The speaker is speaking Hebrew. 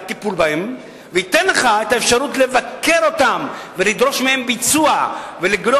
מהטיפול בהם וייתן לך את האפשרות לבקר אותם ולדרוש מהם ביצוע ולבדוק